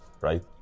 right